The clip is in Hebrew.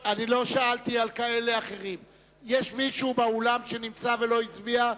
יש מישהו באולם שנמצא ולא הצביע?